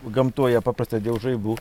gamtoje paprastai dėl žaibų